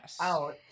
out